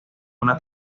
una